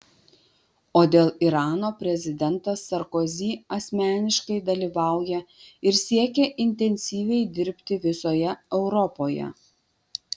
o dėl irano prezidentas sarkozy asmeniškai dalyvauja ir siekia intensyviai dirbti visoje europoje